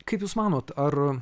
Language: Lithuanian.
kaip jūs manot ar